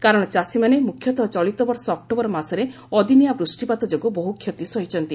କାରଣ ଚାଷୀମାନେ ମୁଖ୍ୟତଃ ଚଳିତବର୍ଷ ଅକ୍ଟୋବର ମାସରେ ଅଦିନିଆ ବୃଷ୍ଟପାତ ଯୋଗୁଁ ବହୁ କ୍ଷତି ସହିଛନ୍ତି